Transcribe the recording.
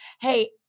Hey